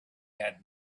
had